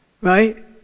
Right